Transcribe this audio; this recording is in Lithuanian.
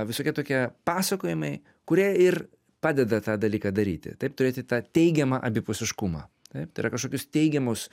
visokie tokie pasakojimai kurie ir padeda tą dalyką daryti taip turėti tą teigiamą abipusiškumą taip tai yra kažkokius teigiamus